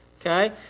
Okay